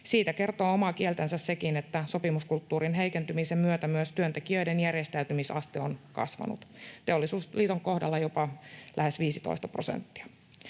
Siitä kertoo omaa kieltänsä sekin, että sopimuskulttuurin heikentymisen myötä myös työntekijöiden järjestäytymisaste on kasvanut, Teollisuusliiton kohdalla jopa lähes 15 prosenttia.